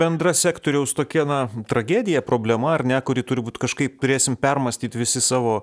bendra sektoriaus tokia na tragedija problema ar ne kuri turi būt kažkaip turėsim permąstyt visi savo